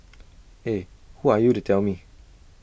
eh who are you to tell me